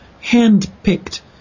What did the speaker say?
hand-picked